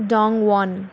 dong one